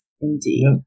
Indeed